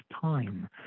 time